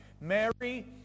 Mary